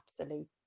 absolute